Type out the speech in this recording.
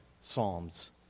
psalms